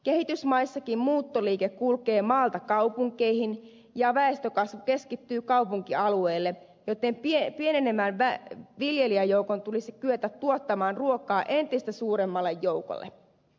kehitysmaissakin muuttoliike kulkee maalta kaupunkeihin ja väestökasvu keskittyy kaupunkialueelle joten pienenevän viljelijäjoukon tulisi kyetä tuottamaan ruokaa entistä suuremmalle joukolle